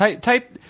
Type –